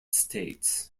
states